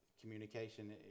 communication